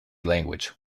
language